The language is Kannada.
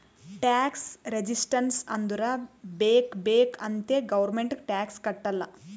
ಟ್ಯಾಕ್ಸ್ ರೆಸಿಸ್ಟೆನ್ಸ್ ಅಂದುರ್ ಬೇಕ್ ಬೇಕ್ ಅಂತೆ ಗೌರ್ಮೆಂಟ್ಗ್ ಟ್ಯಾಕ್ಸ್ ಕಟ್ಟಲ್ಲ